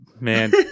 Man